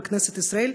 בכנסת ישראל,